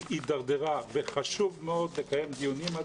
היא הידרדרה וחשוב מאוד לקיים דיונים על